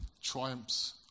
triumphs